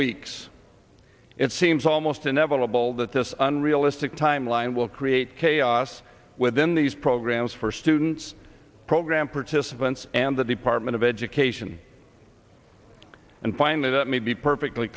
weeks it seems almost inevitable that this unrealistic timeline will create chaos within these programs for students program participants and the department of education and finally let me be perfectly